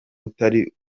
utari